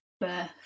birth